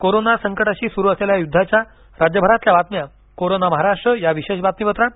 corona संकटाशी सुरू असलेल्या युद्धाच्या राज्यभरातल्या बातम्या कोरोना महाराष्ट्र या विशेष बातमीपत्रात